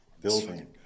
building